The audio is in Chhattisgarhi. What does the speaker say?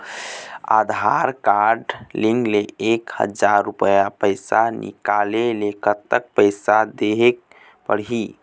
आधार कारड लिंक ले एक हजार रुपया पैसा निकाले ले कतक पैसा देहेक पड़ही?